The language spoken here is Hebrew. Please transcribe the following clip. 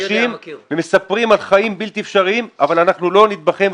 הם מספרים על חיים בלתי אפשריים אבל אנחנו לא נתבכיין,